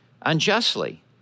unjustly